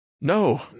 No